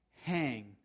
hang